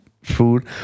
food